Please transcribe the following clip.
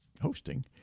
hosting